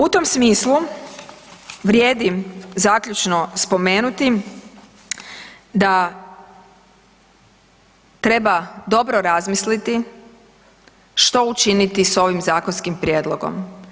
U tom smislu vrijedi zaključno spomenuti da treba dobro razmisliti što učiniti s ovim zakonskim prijedlogom.